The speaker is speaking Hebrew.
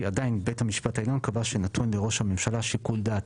עדיין בית המשפט העליון קבע שנתון לראש הממשלה שיקול דעת